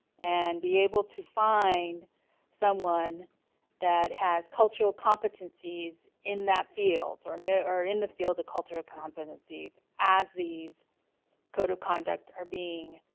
and be able to find someone that has cultural competencies in that field or note or in the field of cultural competencies as these code of conduct are being